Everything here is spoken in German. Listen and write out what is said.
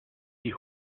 die